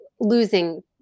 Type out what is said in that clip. losing